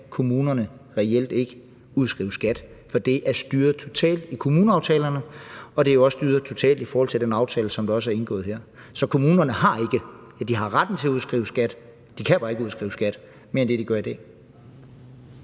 kommunerne reelt ikke udskrive skat, for det er styret totalt i kommuneaftalerne, og det er jo også styret totalt i den aftale, der er indgået her. Så kommunerne har retten til at udskrive skat, men de kan bare ikke udskrive skat mere end det, de gør i dag.